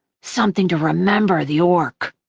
something to remember the orc.